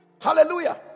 hallelujah